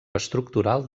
estructural